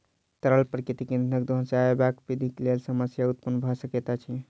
तरल प्राकृतिक इंधनक दोहन सॅ आबयबाला पीढ़ीक लेल समस्या उत्पन्न भ सकैत अछि